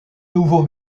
nouveaux